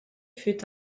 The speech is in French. fut